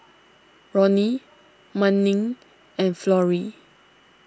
Roni Manning and Florrie